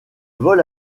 vol